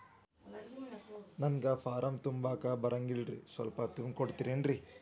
ನಂಗ ಫಾರಂ ತುಂಬಾಕ ಬರಂಗಿಲ್ರಿ ಸ್ವಲ್ಪ ತುಂಬಿ ಕೊಡ್ತಿರೇನ್ರಿ?